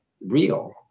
real